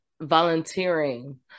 volunteering